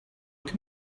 can